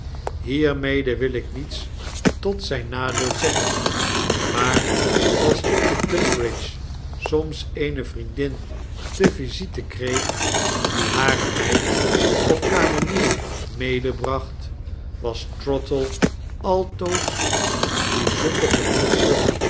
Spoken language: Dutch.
hiermede wilik niets tot zijn nadeel zeggen maar als ik te tunbridge soms eene vriendin te visite kreeg die hare meid of kamenier medebracht was trottle altoos byzonder gedienstig